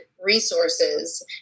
resources